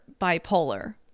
bipolar